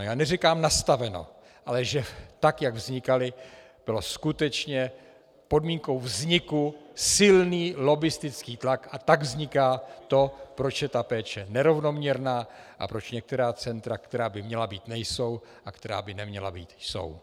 Já neříkám nastaveno, ale že tak jak vznikala, byl skutečně podmínkou vzniku silný lobbistický tlak, a tak vzniká to, proč je ta péče nerovnoměrná a proč některá centra, která by měla být, nejsou, a která by neměla být, jsou.